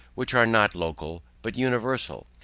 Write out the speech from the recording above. which are not local, but universal,